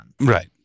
Right